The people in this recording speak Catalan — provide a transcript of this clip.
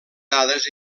dades